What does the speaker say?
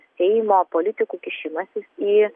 seimo politikų kišimasis į